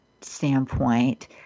standpoint